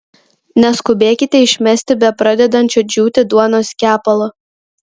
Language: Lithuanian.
neskubėkite išmesti bepradedančio džiūti duonos kepalo